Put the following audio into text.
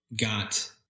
got